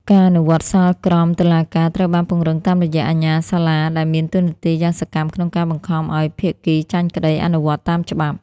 ការអនុវត្តសាលក្រមតុលាការត្រូវបានពង្រឹងតាមរយៈ "អាជ្ញាសាលា" ដែលមានតួនាទីយ៉ាងសកម្មក្នុងការបង្ខំឱ្យភាគីចាញ់ក្ដីអនុវត្តតាមច្បាប់។